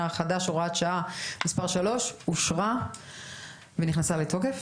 החדש) (הוראת שעה) (מס' 3) אושרה ונכנסה לתוקף.